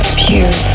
pure